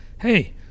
Hey